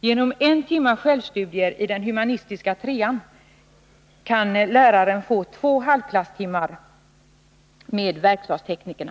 Genom en timmes självstudier i den humanistiska trean kan läraren få två halvklasstimmar med verkstadsteknikerna.